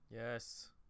Yes